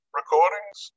recordings